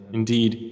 indeed